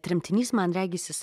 tremtinys man regis jis